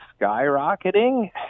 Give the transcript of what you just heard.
skyrocketing